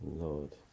Lord